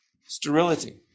sterility